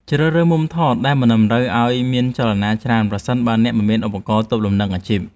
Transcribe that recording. ជ្រើសរើសមុំថតដែលមិនតម្រូវឱ្យមានចលនាច្រើនប្រសិនបើអ្នកមិនមានឧបករណ៍ទប់លំនឹងអាជីព។